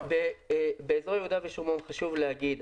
חשוב להגיד,